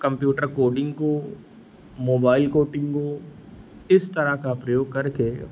computer coding को mobile coding को इस तरह का प्रयोग करके